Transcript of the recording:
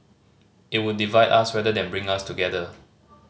it would divide us rather than bring us together